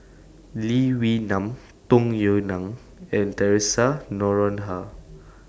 Lee Wee Nam Tung Yue Nang and Theresa Noronha